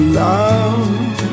love